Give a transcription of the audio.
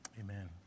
Amen